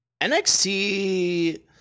NXT